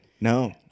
No